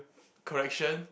correction